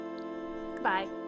Goodbye